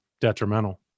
detrimental